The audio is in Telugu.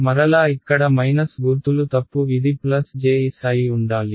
మరలా ఇక్కడ మైనస్ గుర్తులు తప్పు ఇది ప్లస్ Js అయి ఉండాలి